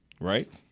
right